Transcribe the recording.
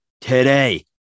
Today